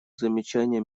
замечание